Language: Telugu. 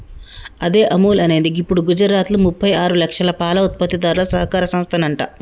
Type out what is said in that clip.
అదే అముల్ అనేది గిప్పుడు గుజరాత్లో ముప్పై ఆరు లక్షల పాల ఉత్పత్తిదారుల సహకార సంస్థనంట